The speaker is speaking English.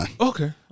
Okay